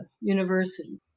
University